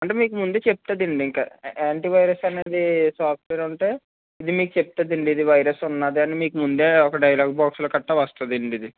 అంటే మీకు ముందే చెప్తుందండి ఇంక యాంటీవైరస్ అనే సాఫ్ట్వేర్ ఉంటే ఇది మీకు చెప్తుందండి ఇది వైరస్ ఉన్నదని మీకు ముందే ఒక డైలాగ్ బాక్స్లో గట్రా వస్తుందండి ఇది